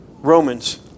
romans